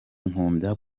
nkunda